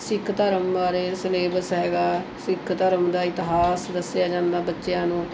ਸਿੱਖ ਧਰਮ ਬਾਰੇ ਸਿਲੇਬਸ ਹੈਗਾ ਸਿੱਖ ਧਰਮ ਦਾ ਇਤਿਹਾਸ ਦੱਸਿਆ ਜਾਂਦਾ ਬੱਚਿਆਂ ਨੂੰ